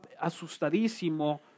asustadísimo